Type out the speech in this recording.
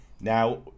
Now